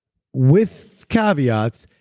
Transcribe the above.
with caveats,